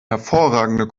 hervorragende